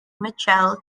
mitchell